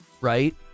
Right